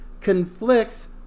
conflicts